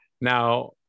now